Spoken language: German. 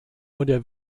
oder